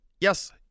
yes